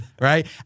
right